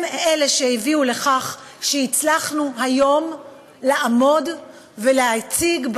הם שהביאו לכך שהצלחנו היום לעמוד ולהציג,